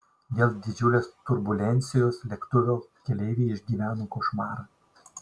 dėl didžiulės turbulencijos lėktuvo keleiviai išgyveno košmarą